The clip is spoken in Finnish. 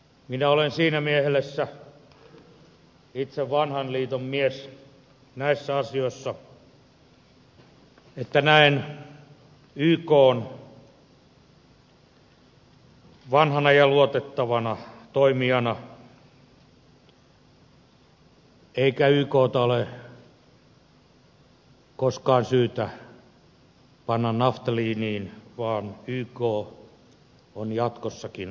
minä olen siinä mielessä itse vanhan liiton mies näissä asioissa että näen ykn vanhana ja luotettavana toimijana eikä ykta ole koskaan syytä panna naftaliiniin vaan yk on jatkossakin avainasemassa